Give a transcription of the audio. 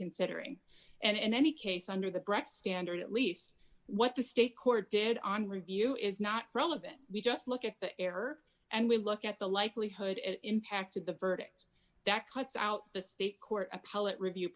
considering and in any case under the direct standard at least what the state court did on review is not relevant we just look at the error and we look at the likelihood it impacted the verdict that cuts out the state court appellate review